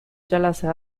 جلسه